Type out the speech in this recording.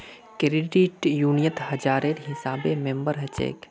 credit यूनियनत हजारेर हिसाबे मेम्बर हछेक